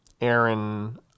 Aaron